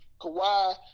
Kawhi